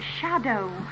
shadow